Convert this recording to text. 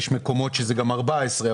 ויש מקומות שזה גם 14 שקלים,